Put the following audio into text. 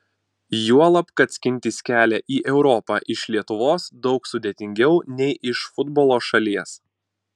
juolab kad skintis kelią į europą iš lietuvos daug sudėtingiau nei iš futbolo šalies